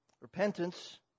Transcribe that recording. Repentance